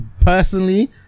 personally